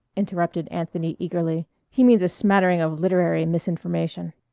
interrupted anthony eagerly, he means a smattering of literary misinformation.